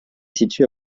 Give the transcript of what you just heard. située